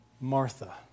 Martha